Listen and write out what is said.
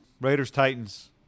Raiders-Titans